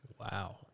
Wow